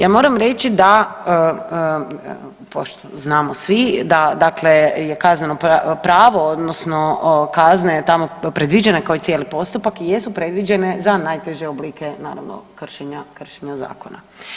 Ja moram reći da znamo svi, da dakle je kazneno pravo odnosno kazna je tamo predviđena kao i cijeli postupak i jesu predviđene za najteže oblike naravno kršenja, kršenja zakona.